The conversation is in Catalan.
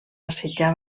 assetjar